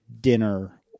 dinner